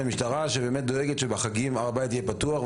המשטרה שדואגת שהר הבית יהיה פתוח בחגים.